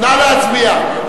נא להצביע.